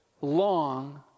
long